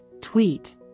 tweet